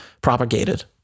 propagated